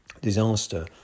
disaster